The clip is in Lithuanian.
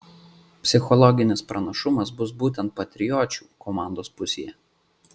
psichologinis pranašumas bus būtent patriočių komandos pusėje